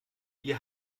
wir